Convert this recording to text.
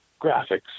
graphics